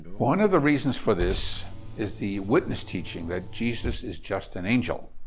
one of the reasons for this is the witness teaching that jesus is just an angel.